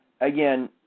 again